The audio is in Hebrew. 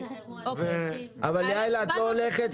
יעל לינדנברג,